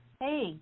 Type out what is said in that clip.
hey